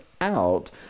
out